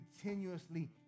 continuously